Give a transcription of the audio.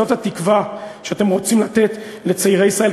זאת התקווה שאתם רוצים לתת לצעירי ישראל?